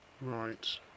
Right